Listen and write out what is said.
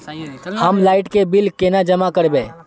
हम लाइट के बिल केना जमा करबे?